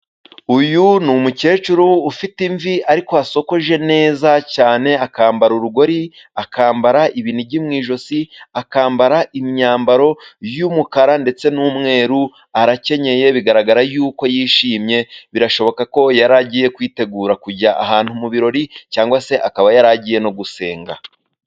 Uyu ni umukecuru ufite imvi, ariko wasokoje neza cyane, akambara urugori, akambara inigi mu ijosi, akambara imyambaro y'umukara ndetse n'umweru, arakenyeye, bigaragara y'uko yishimye. Birashoboka ko yari agiye kwitegura kujya ahantu mu birori, cyangwa se akaba yari agiye no gusenga.